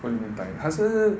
what you mean by tired 她是